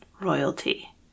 royalty